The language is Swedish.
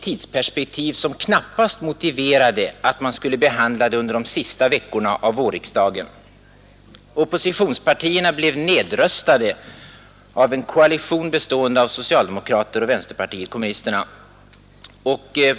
tidsperspektivet för frågan knappast var sådant att det motiverade en behandling under de sista veckorna av vårriksdagen. Oppositionspartierna blev nedröstade av en koalition av socialdemokraterna och vänsterpartiet 67 Nr 95 kommunisterna.